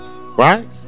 right